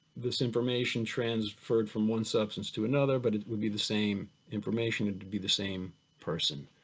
this information transferred from one substance to another but it would be the same information, it would be the same person,